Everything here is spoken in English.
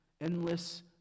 endless